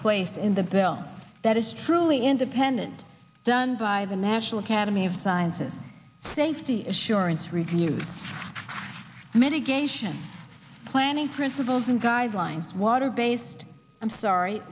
place in the bill that is truly independent done by the national academy of sciences safety is surance review mitigation planning principles and guidelines water based i'm sorry